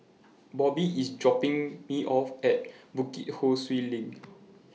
Bobbie IS dropping Me off At Bukit Ho Swee LINK